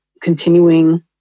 continuing